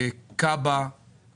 כיבוי אש.